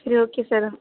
சரி okay sir